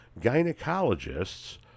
gynecologists